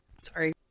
Sorry